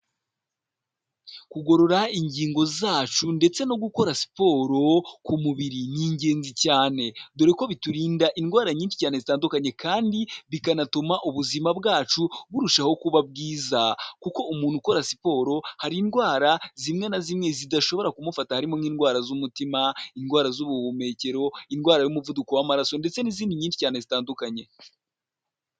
Kugorora ingingo zacu ndetse no gukora siporo ku mubiri ni ingenzi cyane, dore ko biturinda indwara nyinshi cyane zitandukanye kandi bikanatuma ubuzima bwacu burushaho kuba bwiza kuko umuntu ukora siporo hari indwara zimwe na zimwe zidashobora kumufata, harimo n'indwara z'umutima, indwara z'ubuhumekero, indwara y'umuvuduko w'amaraso ndetse n'izindi nyinshi cyane zitandukanye.